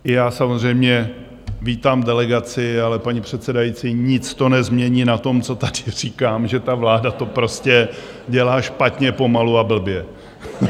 I já samozřejmě vítám delegaci, ale paní předsedající, nic to nezmění na tom, co tady říkám, že ta vláda to prostě dělá špatně, pomalu a blbě.